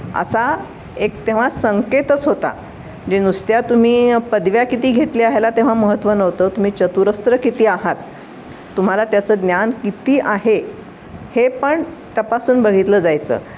असा एक तेव्हा संकेतच होता जे नुसत्या तुम्ही पदव्या किती घेतल्या ह्याला तेव्हा महत्त्व नव्हतं तुम्ही चतुरस्त्र किती आहात तुम्हाला त्याचं ज्ञान किती आहे हे पण तपासून बघितलं जायचं